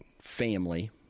family